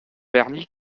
vernis